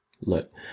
Look